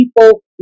people